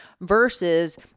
versus